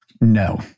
No